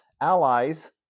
allies